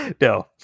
No